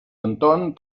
anton